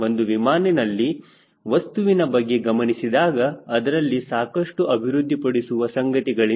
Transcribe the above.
ಒಂದು ವಿಮಾನಿನಲ್ಲಿ ವಸ್ತುವಿನ ಬಗ್ಗೆ ಗಮನಿಸಿದಾಗ ಅದರಲ್ಲಿ ಸಾಕಷ್ಟು ಅಭಿವೃದ್ಧಿಪಡಿಸುವ ಸಂಗತಿಗಳಿಂದ